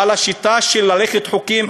אבל השיטה של ללכת לחוקים,